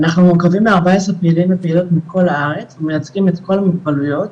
אנחנו מורכבים מ-14 פעילים ופעילות מכל הארץ ומייצגים את כל המוגבלויות,